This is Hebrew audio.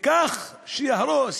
בכך שיהרוס,